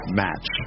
match